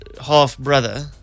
Half-brother